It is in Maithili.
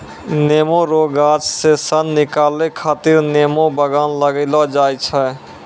नेमो रो गाछ से सन निकालै खातीर नेमो बगान लगैलो जाय छै